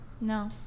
no